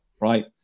right